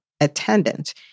attendant